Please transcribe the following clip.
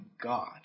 God